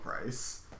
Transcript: price